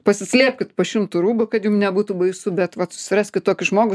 pasislėpkit po šimtų rūbų kad jum nebūtų baisu bet vat susiraskit tokį žmogų